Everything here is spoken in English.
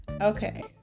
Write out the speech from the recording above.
Okay